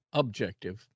objective